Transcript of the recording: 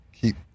keep